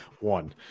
one